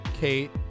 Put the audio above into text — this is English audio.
Kate